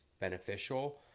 beneficial